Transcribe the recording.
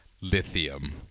Lithium